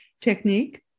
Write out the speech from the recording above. technique